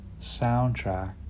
soundtrack